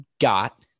got